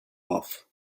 off